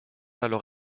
alors